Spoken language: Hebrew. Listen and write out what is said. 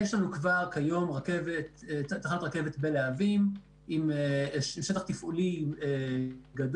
יש לנו כבר כיום תחנת רכבת בלהבים עם שטח תפעולי גדול,